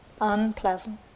unpleasant